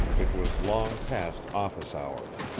it was long past office hours.